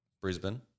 Brisbane